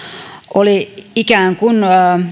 oli ikään kuin